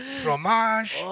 fromage